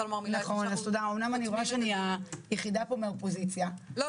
אמנם אני רואה שאני היחידה פה מהאופוזיציה -- לא,